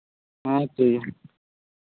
ᱦᱮᱸ ᱛᱚ